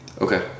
Okay